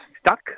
stuck